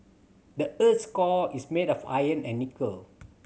the earth's core is made of iron and nickel